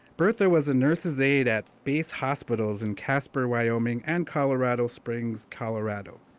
bertha was a nurse's aide at base hospitals in casper, wyoming, and colorado springs, colorado,